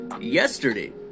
yesterday